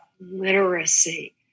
literacy